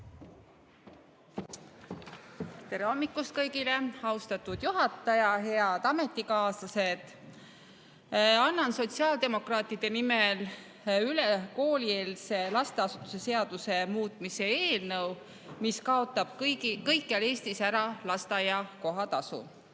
Tere hommikust kõigile! Austatud juhataja! Head ametikaaslased! Annan sotsiaaldemokraatide nimel üle koolieelse lasteasutuse seaduse muutmise seaduse eelnõu, mis kaotab kõikjal Eestis ära lasteaia kohatasu.